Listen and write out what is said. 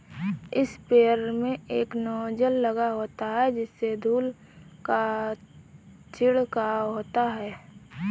sprayer में एक nozzle लगा होता है जिससे धूल का छिड़काव होता है